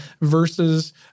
versus